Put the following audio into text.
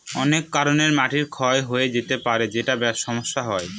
অনেক কারনে মাটি ক্ষয় হয়ে যেতে পারে যেটায় সমস্যা হয়